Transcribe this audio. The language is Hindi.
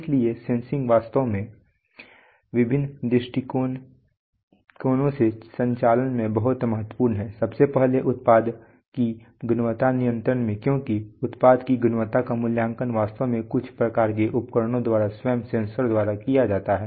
इसलिए सेंसिंग वास्तव में विभिन्न दृष्टिकोणों से स्वचालन में बेहद महत्वपूर्ण है सबसे पहले उत्पाद की गुणवत्ता नियंत्रण में क्योंकि उत्पाद की गुणवत्ता का मूल्यांकन वास्तव में कुछ प्रकार के उपकरणों द्वारा स्वयं सेंसर द्वारा किया जाता है